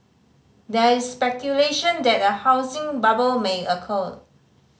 there is speculation that a housing bubble may occur